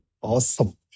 Awesome